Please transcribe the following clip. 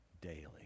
daily